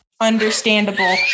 understandable